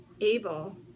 able